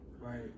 Right